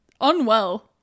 unwell